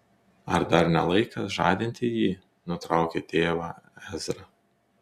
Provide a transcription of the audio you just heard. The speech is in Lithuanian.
ar dar ne laikas žadinti jį nutraukė tėvą ezra